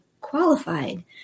qualified